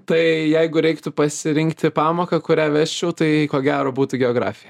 tai jeigu reiktų pasirinkti pamoką kurią vesčiau tai ko gero būtų geografija